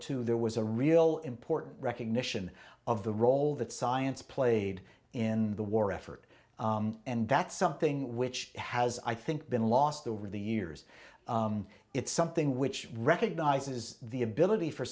two there was a real important recognition of the role that science played in the war effort and that's something which has i think been lost over the years it's something which recognises the ability for